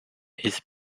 his